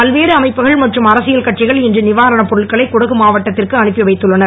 பல்வேறு அமைப்புகள் மற்றும் அரசியல் கட்சிகள் இன்று நிவாரணப் பொருட்களை குடகு மாவட்டத்திற்கு அனுப்பி வைத்துள்ளனர்